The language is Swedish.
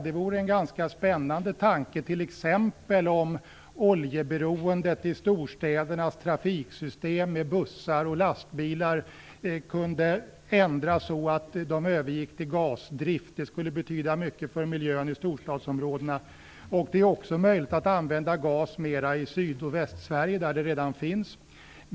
Det vore en ganska spännande tanke om t.ex. oljeberoendet i storstädernas trafiksystem med bussar och lastbilar kunde ändras genom en övergång till gasdrift. Det skulle betyda mycket för miljön i storstadsområdena. Det är också möjligt att öka användandet av gas i Syd och Västsverige, där det redan finns.